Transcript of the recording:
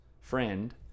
friend